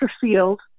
field